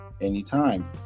anytime